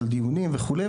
על דיונים וכולי,